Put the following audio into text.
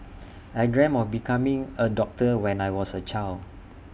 I dreamt of becoming A doctor when I was A child